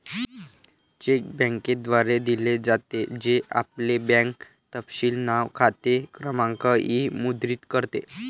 check बँकेद्वारे दिले जाते, जे आपले बँक तपशील नाव, खाते क्रमांक इ मुद्रित करते